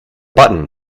button